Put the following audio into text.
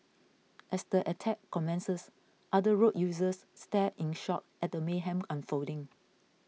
as the attack commences other road users stared in shock at the mayhem unfolding